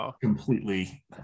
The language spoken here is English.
completely